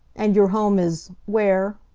and your home is where?